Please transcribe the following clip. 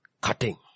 Cutting